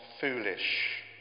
foolish